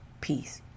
Peace